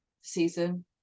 season